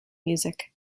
music